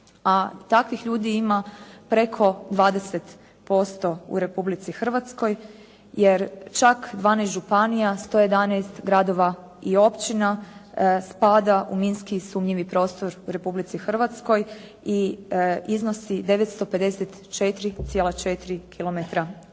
takvih ljudi ima preko 20% u Republici Hrvatskoj jer čak 12 županija, 111 gradova i općina spada u minski sumnjivi prostor u Republici Hrvatskoj i iznosi 954.4 kilometra